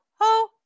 ho